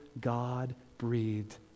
God-breathed